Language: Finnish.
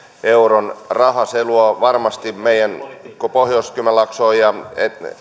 euron raha se luo varmasti pohjois kymenlaaksoon ja